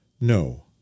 No